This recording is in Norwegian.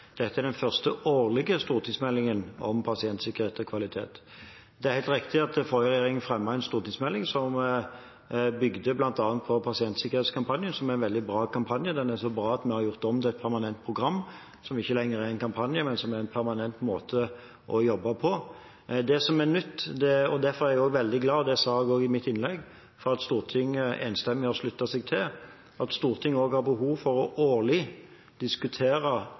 Dette er den første årlige stortingsmeldingen om pasientsikkerhet og kvalitet. Det er helt riktig at den forrige regjeringen fremmet en stortingsmelding som bygget bl.a. på pasientsikkerhetskampanjen, som var en veldig bra kampanje. Den var så bra at vi har gjort den om til et permanent program. Så det er ikke lenger en kampanje, men en permanent måte å jobbe på. Jeg er veldig glad for, som jeg også sa i mitt innlegg, at Stortinget enstemmig har sluttet seg til at Stortinget har behov for årlig å diskutere